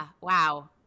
Wow